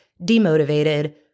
demotivated